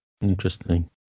Interesting